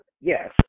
yes